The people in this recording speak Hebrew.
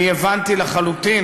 הבנתי לחלוטין,